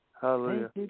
Hallelujah